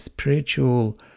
spiritual